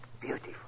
beautiful